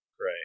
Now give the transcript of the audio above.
right